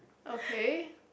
okay